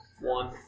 One